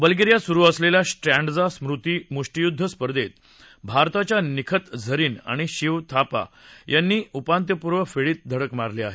बल्गेरियात सुरु असलेल्या स्ट्रँडजा स्मृती मुष्टीयूद्व स्पर्धेत भारताच्या निखात झरीन आणि शिवा थापा यांनी उपांत्यपूर्व फेरीत धडक मारली आहे